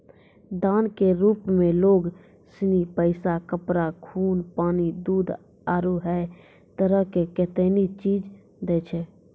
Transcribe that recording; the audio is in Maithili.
दान के रुप मे लोग सनी पैसा, कपड़ा, खून, पानी, दूध, आरु है तरह के कतेनी चीज दैय छै